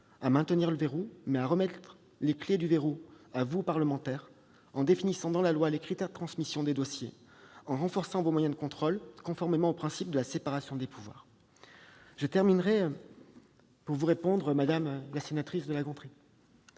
à maintenir le « verrou », mais à vous en remettre les clefs, à vous, parlementaires, en définissant dans la loi les critères de transmission des dossiers et en renforçant vos moyens de contrôle, conformément au principe de la séparation des pouvoirs. Pour terminer, je veux vous répondre, madame la sénatrice Marie-Pierre